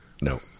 No